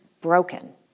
broken